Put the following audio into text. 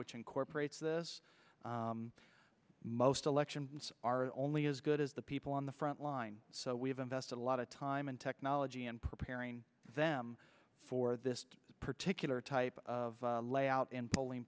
which incorporates this most elections are only as good as the people on the front line so we've invested a lot of time in technology and preparing them for this particular type of layout in polling